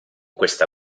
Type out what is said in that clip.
questa